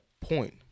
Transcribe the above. point